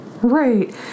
right